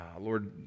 Lord